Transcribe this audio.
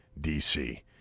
DC